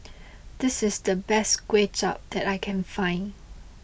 this is the best Kuay Chap that I can find